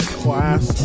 class